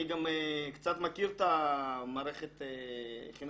אני גם קצת מכיר את מערכת החינוך